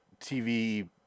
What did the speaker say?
TV